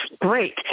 great